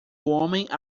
homem